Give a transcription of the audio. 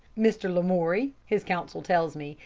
mr. lamoury, his counsel tells me,